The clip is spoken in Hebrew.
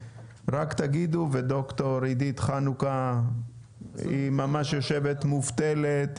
רק תגידו וד"ר עידית חנוכה היא ממש יושבת מובטלת,